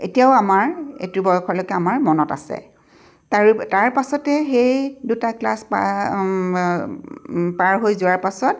এতিয়াও আমাৰ এইটো বয়সলৈকে আমাৰ মনত আছে তাৰো তাৰপাছতে সেই দুটা ক্লাছ পা পাৰ হৈ যোৱাৰ পাছত